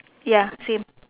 ya same